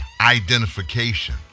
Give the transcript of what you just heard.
identification